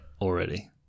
already